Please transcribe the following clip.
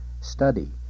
study